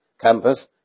campus